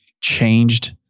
changed